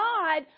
God